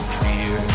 fear